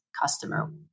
customer